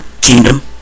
kingdom